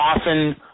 often